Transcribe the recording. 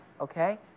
Okay